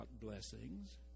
blessings